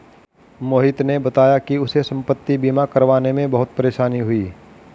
मोहित ने बताया कि उसे संपति बीमा करवाने में बहुत परेशानी हुई